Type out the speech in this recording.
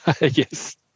Yes